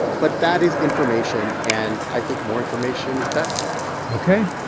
but that is information and i think more information is better ok.